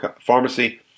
Pharmacy